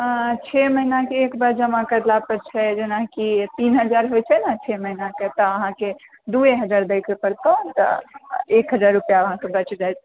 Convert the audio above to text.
आ छओ महीनाकेँ एक बार जमा करला पर छै जेनाकि तीन हजार होइतै ने छओ महीना अहाँकेँ तऽ दूए हजार दए कऽ पड़तौ तऽ एक हजार रुपआ अहाँकेँ बचि जाएत